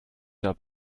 der